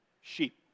Sheep